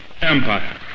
Empire